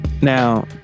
now